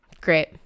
Great